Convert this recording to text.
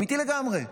אמיתי לגמרי.